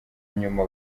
nyuma